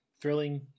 thrilling